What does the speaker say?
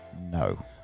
No